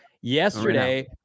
Yesterday